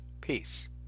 Peace